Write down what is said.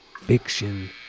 fiction